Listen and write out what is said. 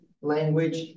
language